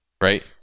right